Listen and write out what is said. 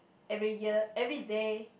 every year everyday